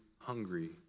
hungry